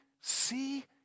see